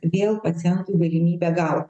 vėl pacientų galimybę gaut